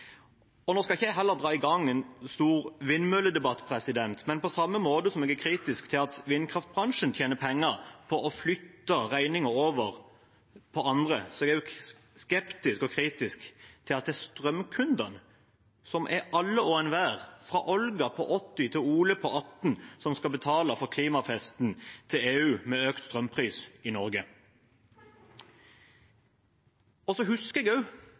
Nå skal jeg heller ikke dra i gang en stor vindmølledebatt, men på samme måte som jeg er kritisk til at vindkraftbransjen tjener penger på å flytte regningen over på andre, er jeg skeptisk og kritisk til at det er strømkundene, som er alle og enhver – fra Olga på 80 år til Ole på 18 år – som skal betale for klimafesten til EU med økt strømpris i Norge. Så husker jeg